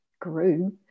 grew